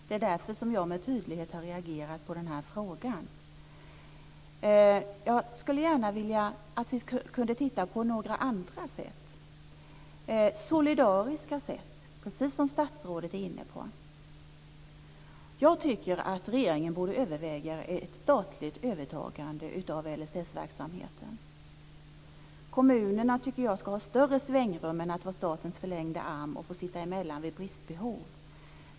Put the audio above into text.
Det är därför som jag med tydlighet har reagerat i den här frågan. Jag tycker att vi kunde titta på några andra sätt, solidariska sätt, precis som statsrådet är inne på. Jag tycker att regeringen borde överväga ett statligt övertagande av LSS-verksamheten. Kommunerna borde ha större svängrum än att vara statens förlängda arm och få sitta emellan vid bristbehov.